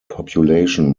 population